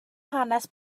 hanes